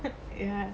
ya